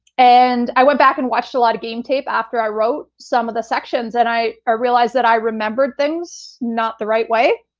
and i went back and watched a lot game tape after i wrote some of the sections and i ah realized that i remembered things not the right way,